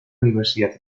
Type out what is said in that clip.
universidad